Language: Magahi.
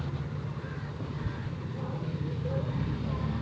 अब्बा बताले कि भारतत मछलीर सब स बेसी खपत पश्चिम बंगाल आर आंध्र प्रदेशोत हो छेक